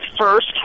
first